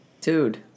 Dude